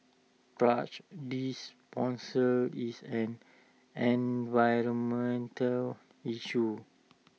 thrash disposal is an environmental issue